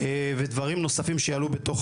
ודברים נוספים שיעלו בתוך